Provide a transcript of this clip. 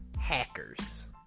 Hackers